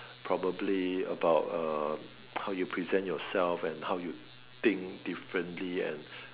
probably about uh how you present yourself and how you think differently and